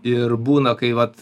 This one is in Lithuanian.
ir būna kai vat